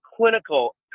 clinical